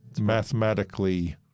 mathematically